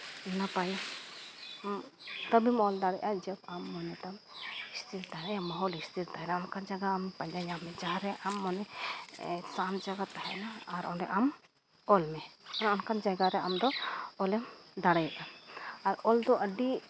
ᱚᱱᱟ ᱛᱟᱭᱚᱢ ᱛᱚᱵᱮᱢ ᱚᱞ ᱫᱟᱲᱮᱭᱟᱜᱼᱟ ᱡᱮ ᱟᱢ ᱢᱚᱱᱮ ᱛᱟᱢ ᱥᱛᱷᱤᱨ ᱛᱟᱦᱮᱱᱟ ᱢᱚᱱᱮ ᱥᱛᱷᱤᱨ ᱛᱟᱦᱮᱱᱟ ᱚᱱᱠᱟᱱ ᱡᱟᱭᱜᱟ ᱟᱢ ᱯᱟᱸᱡᱟ ᱧᱟᱢ ᱢᱮ ᱡᱟᱦᱟᱸ ᱨᱮ ᱟᱢ ᱢᱚᱱᱮ ᱥᱟᱱᱛ ᱡᱟᱭᱜᱟ ᱛᱟᱮᱸᱱᱟ ᱟᱨ ᱚᱸᱰᱮ ᱟᱢ ᱚᱞ ᱢᱮ ᱚᱱᱮ ᱚᱱᱠᱟᱱ ᱡᱟᱭᱜᱟᱨᱮ ᱟᱢᱫᱚ ᱚᱞᱮᱢ ᱫᱟᱲᱮᱭᱟᱜᱼᱟ ᱟᱨ ᱚᱞ ᱫᱚ ᱟᱹᱰᱤ